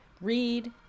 read